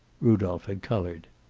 rudolph had colored.